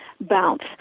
bounce